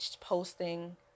posting